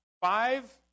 Five